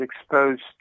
exposed